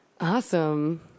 Awesome